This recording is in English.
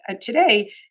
today